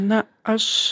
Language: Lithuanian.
na aš